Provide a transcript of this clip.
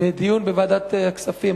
בדיון בוועדת הכספים.